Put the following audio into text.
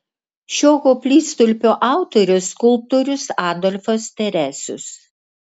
šio koplytstulpio autorius skulptorius adolfas teresius